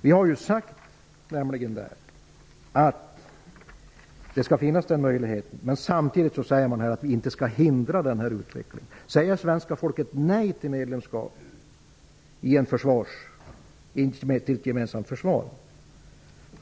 Vi har ju sagt att den möjligheten skall finnas. Samtidigt säger man att vi inte skall hindra utvecklingen. Säger svenska folket nej till ett gemensamt försvar,